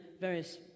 various